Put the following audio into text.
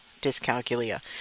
dyscalculia